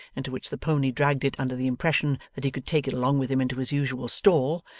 into which the pony dragged it under the impression that he could take it along with him into his usual stall,